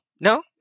no